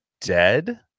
dead